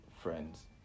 friends